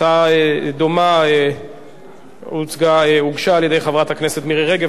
הצעה דומה הוגשה על-ידי חברת הכנסת מירי רגב.